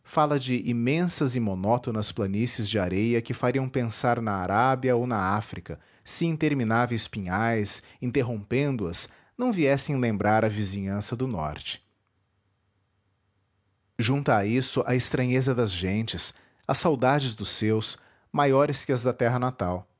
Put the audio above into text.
de imensas e monótonas planícies de areia que fariam pensar na arábia ou na áfrica se intermináveis pinhais interrompendo as não viessem lembrar a vizinhança do norte junta a isso a estranheza das gentes as saudades dos seus maiores que as da terra natal